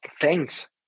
thanks